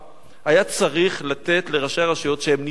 היה צריך לתת לראשי הרשויות, כשהם נבחרים,